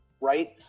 Right